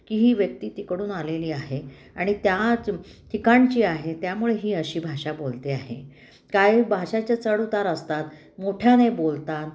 की ही व्यक्ती तिकडून आलेली आहे आणि त्याच ठिकाणची आहे त्यामुळे ही अशी भाषा बोलते आहे काही भाषाच्या चढ उतार असतात मोठ्याने बोलतात